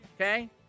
okay